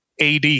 AD